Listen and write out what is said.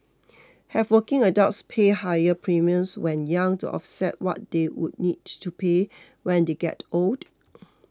have working adults pay higher premiums when young to offset what they would need to pay when they get old